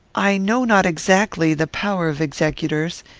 i know not exactly the power of executors.